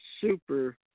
super